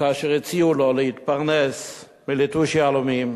וכאשר הציעו לו להתפרנס מליטוש יהלומים